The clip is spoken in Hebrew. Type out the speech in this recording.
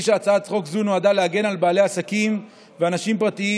הצעת חוק זו נועדה להגן על בעלי עסקים ואנשים פרטיים